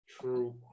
true